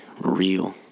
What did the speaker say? real